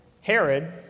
Herod